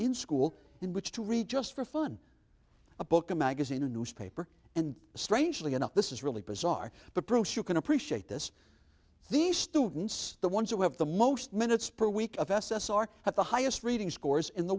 in school in which to read just for fun a book a magazine a newspaper and strangely enough this is really bizarre but proves you can appreciate this these students the ones who have the most minutes per week of s s r have the highest reading scores in the